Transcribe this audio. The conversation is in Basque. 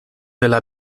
dela